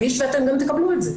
ואתם גם תקבלו את זה.